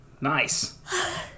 Nice